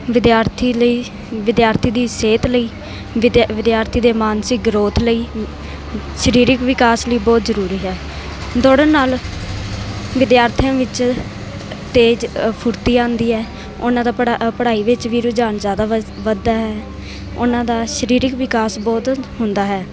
ਵਿਦਿਆਰਥੀ ਲਈ ਵਿਦਿਆਰਥੀ ਦੀ ਸਿਹਤ ਲਈ ਵਿਦਿ ਵਿਦਿਆਰਥੀ ਦੇ ਮਾਨਸਿਕ ਗ੍ਰੋਥ ਲਈ ਸਰੀਰਕ ਵਿਕਾਸ ਲਈ ਬਹੁਤ ਜ਼ਰੂਰੀ ਹੈ ਦੌੜਨ ਨਾਲ ਵਿਦਿਆਰਥੀਆਂ ਵਿੱਚ ਤੇਜ਼ ਫੁਰਤੀ ਆਉਂਦੀ ਹੈ ਉਹਨਾਂ ਦਾ ਪੜਾ ਪੜ੍ਹਾਈ ਵਿੱਚ ਵੀ ਰੁਝਾਨ ਜ਼ਿਆਦਾ ਵ ਵੱਧਦਾ ਹੈ ਉਹਨਾਂ ਦਾ ਸਰੀਰਕ ਵਿਕਾਸ ਬਹੁਤ ਹੁੰਦਾ ਹੈ